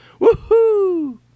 Woohoo